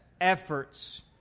efforts